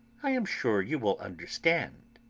i am sure you will understand!